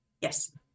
Yes